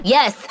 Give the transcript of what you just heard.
Yes